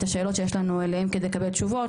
השאלות שיש לנו אליהם כדי לקבל תשובות,